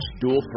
dual